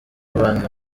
banki